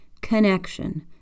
connection